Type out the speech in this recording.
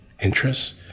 interests